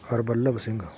Harballabh Singh